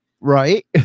Right